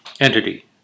entity